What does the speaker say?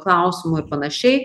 klausimu ir panašiai